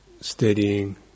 steadying